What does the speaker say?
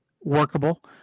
workable